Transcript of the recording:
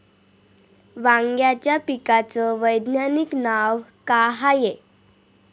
वांग्याच्या पिकाचं वैज्ञानिक नाव का हाये?